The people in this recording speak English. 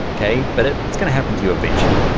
okay? but it's gonna happen to you eventually.